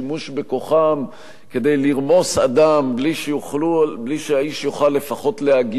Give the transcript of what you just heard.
בכוחם כדי לרמוס אדם בלי שהאיש יוכל לפחות להגיש,